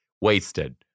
wasted